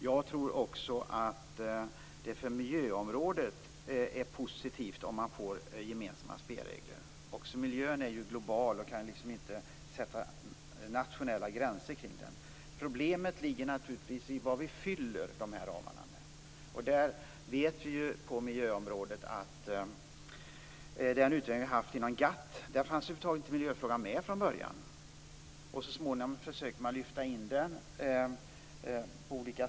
Det är också positivt för miljöområdet om man får gemensamma spelregler. Miljön är ju global och man kan inte fastställa nationella gränser kring den. Problemet ligger i vad vi fyller ramarna med. Inom GATT fanns ju miljöfrågan över huvud taget inte med från början. Så småningom försökte man på olika sätt att lyfta in den.